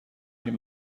این